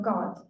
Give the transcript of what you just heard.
God